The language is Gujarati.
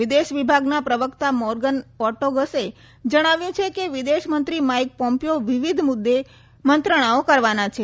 વિદેશ વિભાગના પ્રવકતા મોર્ગન ઓર્ટોગસે જણાવ્યું કે વિદેશ મંત્રી માઈક પોમ્પીઓ વિવિધ મુદે મંત્રણાઓ કરવાના છે